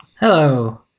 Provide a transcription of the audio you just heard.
Hello